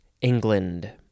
England